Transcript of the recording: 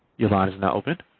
your line is now open.